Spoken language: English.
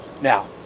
Now